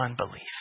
unbelief